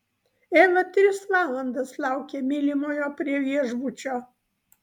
eva tris valandas laukė mylimojo prie viešbučio